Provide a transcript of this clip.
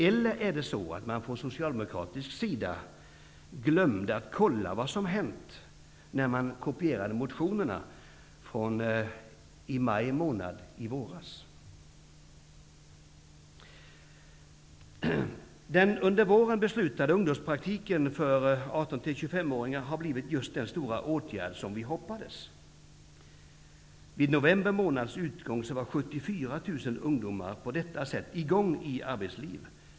Eller glömde man från socialdemokratisk sida att kontrollera vad som har hänt när man kopierade motionerna från maj månad i våras? Den under våren beslutade ungdomspraktiken för ungdomar mellan 18 och 25 år har blivit just den stora åtgärd som vi hoppades. Vid november månads utgång var 74 000 ungdomar verksamma på detta sätt i arbetslivet.